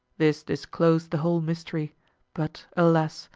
this disclosed the whole mystery but alas!